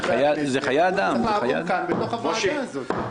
זה צריך לעבור כאן בתוך הוועדה הזאת.